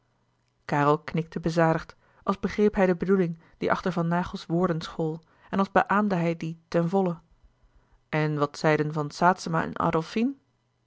karel knikte bezadigd als begreep hij de bedoeling die achter van naghels woorden school en als beâamde hij die ten volle en wat zeiden van saetzema